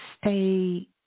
stay